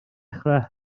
dechrau